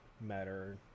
matter